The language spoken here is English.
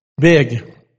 big